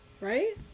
Right